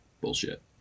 bullshit